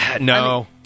No